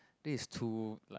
this is too like